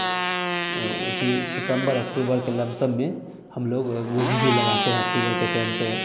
उसी सितंबर अक्टूबर के लमसम में हम लोग गोभी वह भी लगाते हैं अक्टूबर के टाइम से